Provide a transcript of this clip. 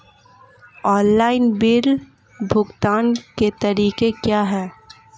Online bill भुगतान के तरीके क्या हैं?